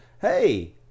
hey